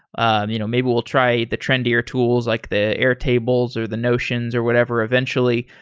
and you know maybe we'll try the trendier tools, like the airtables or the notions or whatever eventually.